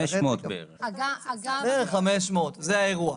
בערך 500. זה האירוע.